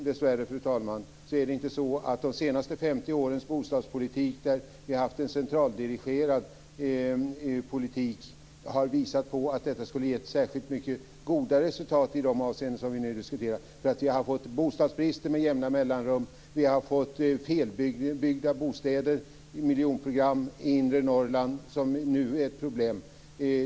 Dessvärre är det inte så att de senaste 50 årens centraldirigerade bostadspolitik har visat särskilt goda resultat i de avseenden vi nu diskuterar. Det har med jämna mellanrum varit bostadsbrist, och det har varit felbyggda bostäder i miljonprogram och i inre Norrland.